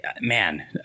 Man